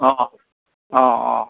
অঁ অঁ অঁ